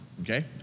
Okay